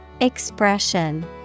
Expression